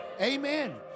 Amen